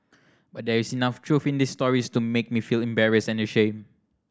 but there is enough truth in these stories to make me feel embarrassed and ashamed